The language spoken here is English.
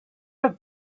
have